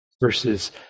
Versus